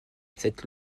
cette